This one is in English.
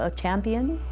ah champion.